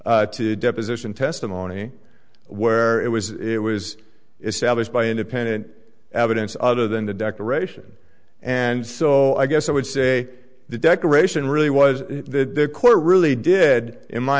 to deposition testimony where it was it was established by independent evidence other than the decoration and so i guess i would say the decoration really was the core really did in my